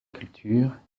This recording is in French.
culture